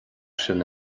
sin